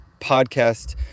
podcast